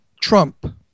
Trump